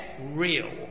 real